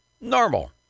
normal